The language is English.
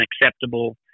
acceptable